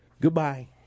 goodbye